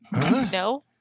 No